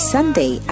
Sunday